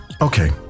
okay